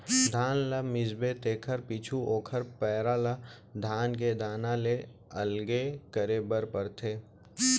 धान ल मिसबे तेकर पीछू ओकर पैरा ल धान के दाना ले अलगे करे बर परथे